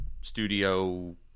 studio